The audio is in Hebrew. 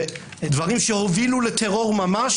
ודברים שהובילו לטרור ממש.